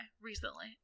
Recently